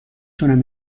تونم